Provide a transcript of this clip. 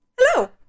Hello